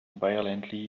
violently